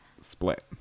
split